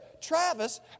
Travis